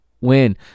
win